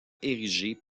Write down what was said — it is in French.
érigés